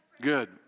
Good